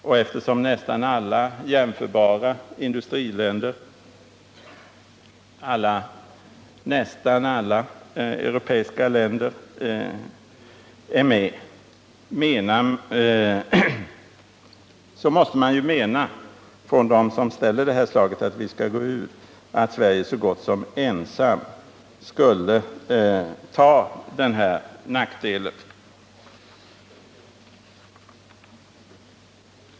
Och eftersom nästan alla jämförbara industriländer, nästan alla europeiska länder, är med i IDB måste de som ställer förslaget att vi skall gå ur mena att Sverige så gott som ensamt skall ta denna nackdel.